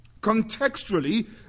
Contextually